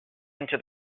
into